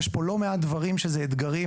יש פה לא מעט דברים שהם אתגרים,